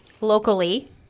locally